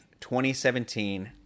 2017